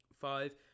five